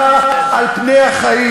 דווקא בגלל ביטחון המדינה.